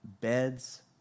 Beds